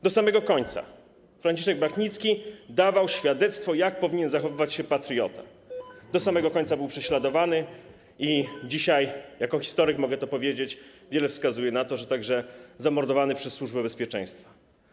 Do samego końca ks. Franciszek Blachnicki dawał świadectwo, jak powinien zachowywać się patriota, do samego końca był prześladowany, a dzisiaj - jako historyk mogę to powiedzieć - wiele wskazuje na to, że także zamordowany przez Służbę Bezpieczeństwa.